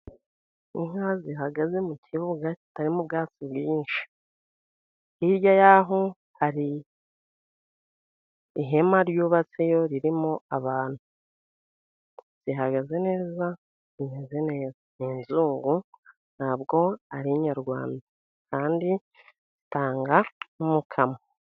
Inka zihagaze mu kibuga kitarimo ubwatsi bwinshi, hirya y'aho hari ihema ryubatseyo ririmo abantu, zihagaze neza zimeze neza ni inzungu ntabwo ari inyarwanda kandi zitanga umukamo.